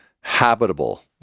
habitable